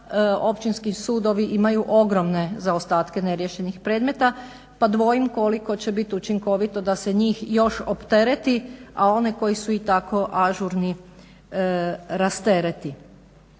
općinski sudovi imaju ogromne zaostatke neriješenih predmeta pa dvojim koliko će biti učinkovito da se njih još optereti, a one koji su i tako ažurni rastereti.